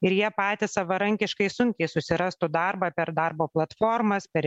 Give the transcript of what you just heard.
ir jie patys savarankiškai sunkiai susirastų darbą per darbo platformas per